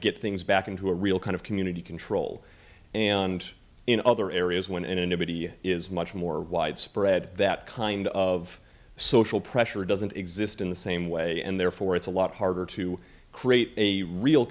get things back into a real kind of community control and in other areas when anonymity is much more widespread that kind of social pressure doesn't exist in the same way and therefore it's a lot harder to create a real